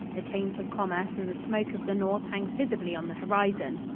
the taint of commerce and the smoke of the north hangs visibly on the horizon.